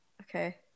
okay